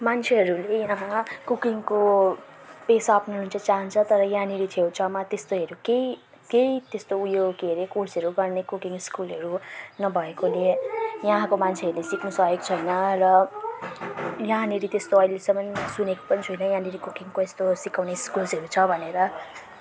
मान्छेहरूले यहाँ कुकिङको पेसा अपनाउनु चाहिँ चाहन्छ तर यहाँनेरि छेउछाउमा त्यस्तोहरू केही केही त्यस्तो ऊ यो के रे कोर्सहरू गर्ने कुकिङ स्कुलहरू नभएकोले यहाँको मान्छेहरूले सिक्नुसकेको छैन र यहाँनेरि त्यस्तो अहिलेसम्मन् सुनेको पनि छुइनँ यहाँनेरि कुकिङको यस्तो सिकाउने स्कुल्सहरू छ भनेर